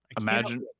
Imagine